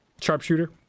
Sharpshooter